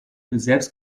selbst